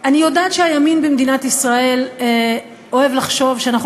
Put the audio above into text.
יודעת שהימין במדינת ישראל אוהב לחשוב שאנחנו